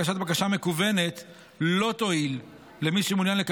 הגשת בקשה מקוונת לא תועיל למי שמעוניין למי שמעוניין